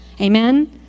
Amen